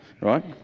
right